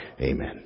Amen